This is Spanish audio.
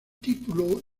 título